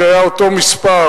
שהיה אותו מספר,